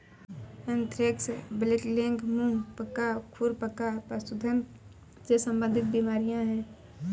anthrax, blackleg, मुंह पका, खुर पका पशुधन से संबंधित बीमारियां हैं